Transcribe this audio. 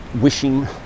wishing